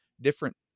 different